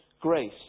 grace